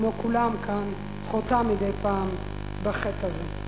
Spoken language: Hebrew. כמו כולם כאן, חוטאת מדי פעם בחטא הזה,